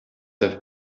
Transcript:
have